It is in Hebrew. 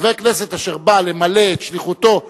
חבר כנסת אשר בא למלא את שליחותו,